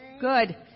Good